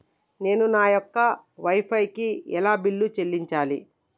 నేను నా యొక్క వై ఫై కి ఎలా బిల్లు చెల్లించాలి?